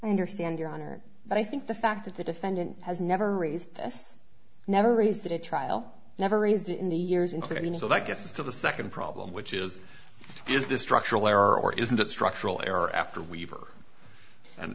i understand your honor but i think the fact that the defendant has never raised this never raised a trial never raised in the years including so that gets to the second problem which is is this structural error or is it structural error after weaver and